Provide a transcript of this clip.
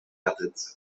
methods